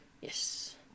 Yes